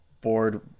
board